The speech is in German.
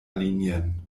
linien